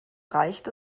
reicht